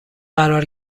قرار